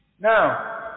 Now